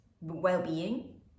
well-being